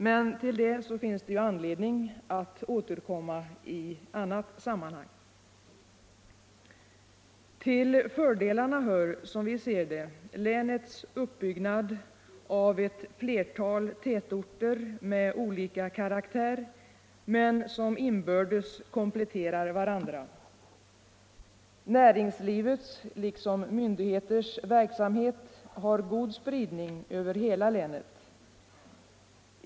Men till detta finns det anledning att återkomma i annat sammanhang. Till fördelarna hör, som vi ser det, länets uppbyggnad av ett flertal tätorter, som har olika karaktär och som inbördes kompletterar varandra. Näringslivets liksom myndigheters verksamhet har god spridning över hela länet.